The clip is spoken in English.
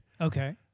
Okay